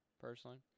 Personally